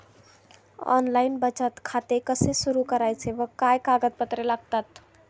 Online बचत खाते कसे सुरू करायचे व काय कागदपत्रे लागतात?